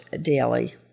Daily